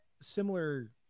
similar